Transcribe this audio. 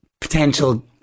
potential